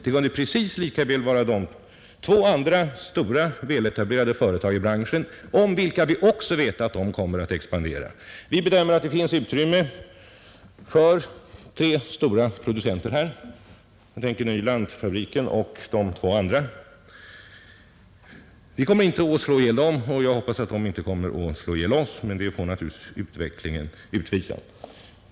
Det kunde precis lika väl vara de två andra stora väletablerade företag i branschen om vilka vi också vet att de kommer att expandera. Som vi bedömer saken, finns det utrymme för tre stora producenter — fabriken i Nyland och de två andra. Vi kommer inte att slå ihjäl de andra två, och jag hoppas att de inte kommer att slå ihjäl oss. Hur det går får naturligtvis utvecklingen utvisa.